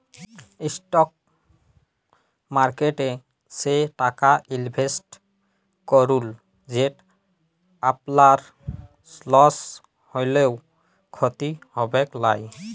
stock মার্কেটে সে টাকাট ইলভেসেট করুল যেট আপলার লস হ্যলেও খ্যতি হবেক লায়